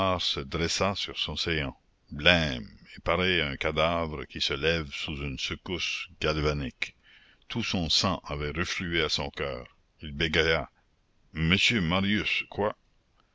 se dressa sur son séant blême et pareil à un cadavre qui se lève sous une secousse galvanique tout son sang avait reflué à son coeur il bégaya monsieur marius quoi